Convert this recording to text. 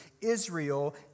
Israel